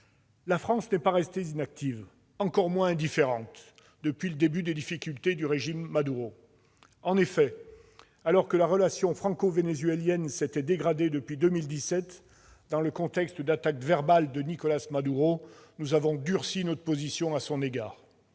La France n'est pas restée inactive, encore moins indifférente, depuis le début des difficultés du régime de Maduro. En effet, alors que la relation franco-vénézuélienne s'était dégradée depuis 2017, dans le contexte d'attaques verbales de Nicolás Maduro, nous avons durci notre position à son égard.